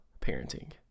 parenting